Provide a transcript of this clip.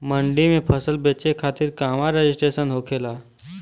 मंडी में फसल बेचे खातिर कहवा रजिस्ट्रेशन होखेला?